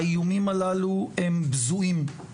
האיומים הללו הם בזויים,